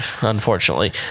unfortunately